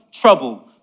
trouble